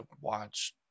watch